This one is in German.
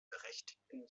berechtigten